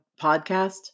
podcast